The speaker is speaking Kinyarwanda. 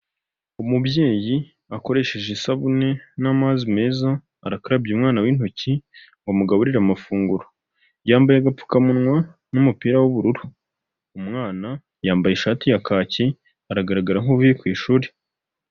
Umubyeyi akoresheje isabune n'amazi meza, arakarabya umwana we intoki ngo amugaburire amafunguro, yambaye agapfukamunwa n'umupira w'ubururu, umwana yambaye ishati ya kaki, aragaragara nk'uvuye ku ishuri.